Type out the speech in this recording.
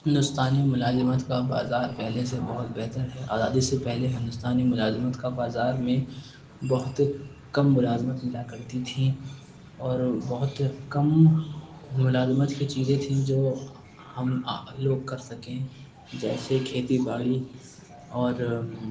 ہندوستانی ملازمت کا بازار پہلے سے بہت بہتر ہے آزادی سے پہلے ہندوستانی ملازمت کا بازار میں بہت کم ملازمت ملا کرتی تھیں اور بہت کم ملازمت کی چیزیں تھیں جو ہم لوگ کر سکیں جیسے کھیتی باڑی اور